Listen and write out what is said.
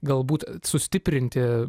galbūt sustiprinti